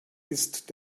ist